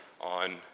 on